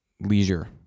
leisure